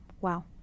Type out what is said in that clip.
Wow